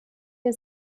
wir